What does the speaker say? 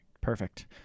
Perfect